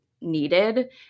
needed